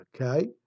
okay